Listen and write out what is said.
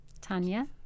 Tanya